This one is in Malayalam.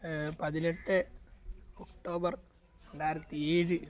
പതിനെട്ട് ഒക്ടോബർ രണ്ടായിരത്തി ഏഴ്